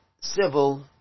civil